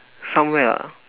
somewhere ah